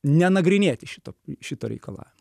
nenagrinėti šito šitą reikalą